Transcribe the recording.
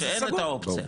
שאין יותר את האופציה.